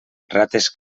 rates